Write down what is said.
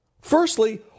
Firstly